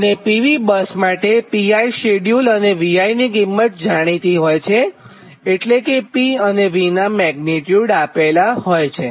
અને PV bus માટે Pishceduled અને Vi ની કિંમત જાણીતી હોય છે એટલે કે P અને V નાં મેગ્નીટ્યુડ આપેલ હોય છે